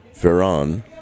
Ferran